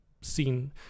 seen